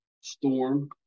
storm